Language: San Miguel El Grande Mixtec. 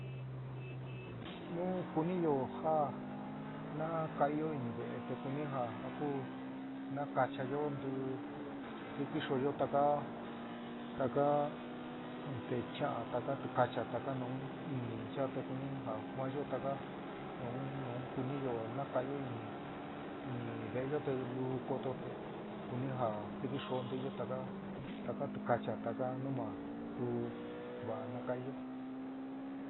Nu kuniyó ja naka'aiyo ini ve'é te kuni ja jakú nakachayó ntii, xintisoyo taka, taka este cha'an taka tikacha, taka nu ini nchaá te kuni ja kuaányo taka nun nun kuniyo naka'iyo ini ini ve'eyo te luú koto te kuni ja xintiso ntiyo taka taka tikacha taka nu ma ku va'a nakaiyo.